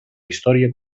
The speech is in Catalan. història